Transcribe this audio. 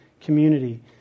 community